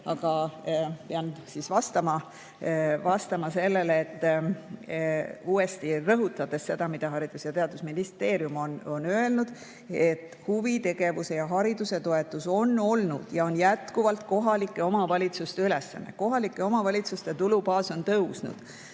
Aga pean vastama, uuesti rõhutades seda, mida Haridus‑ ja Teadusministeerium on öelnud, et huvitegevuse ja ‑hariduse toetus on olnud ja on jätkuvalt kohalike omavalitsuste ülesanne. Kohalike omavalitsuste tulubaas on tõusnud.